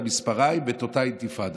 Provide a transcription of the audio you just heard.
את המספריים ואת אותה אינתיפאדה.